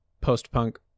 post-punk